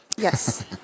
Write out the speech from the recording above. Yes